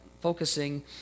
focusing